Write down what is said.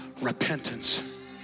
repentance